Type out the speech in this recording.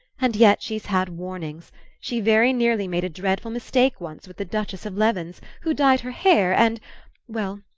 and yet she's had warnings she very nearly made a dreadful mistake once with the duchess of levens, who dyed her hair and well,